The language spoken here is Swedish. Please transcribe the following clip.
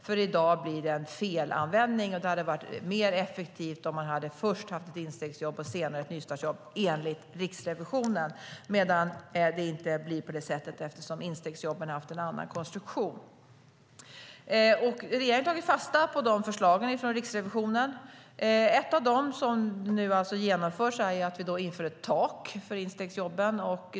I dag blir det en felanvändning, och det hade varit mer effektivt om man först hade haft ett instegsjobb och sedan ett nystartsjobb, enligt Riksrevisionen, men nu blir det inte på det sättet eftersom instegsjobben har haft en annan konstruktion. Regeringen har tagit fasta på förslagen från Riksrevisionen. Ett av dem som nu genomförs är att vi inför ett tak för instegsjobben.